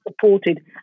supported